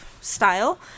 style